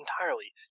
entirely